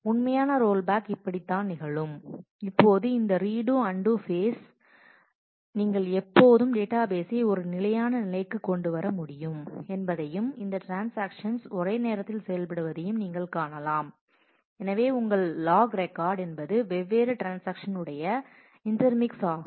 உண்மையான roll back இப்படித்தான் நிகழும் இப்போது இந்த ரீடு அன்டூ ஃபேஸ் நீங்கள் எப்போதும் டேட்டாபேசை ஒரு நிலையான நிலைக்கு கொண்டு வர முடியும் என்பதையும் இந்த ட்ரான்ஸாக்ஷன்ஸ் ஒரே நேரத்தில் செயல்படுவதையும் நீங்கள் காணலாம் எனவே உங்கள் லாக் ரெக்கார்டு என்பது வெவ்வேறு ட்ரான்ஸாக்ஷன்ஸ் உடைய இன்டர்மிக்ஸ் ஆகும்